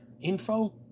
info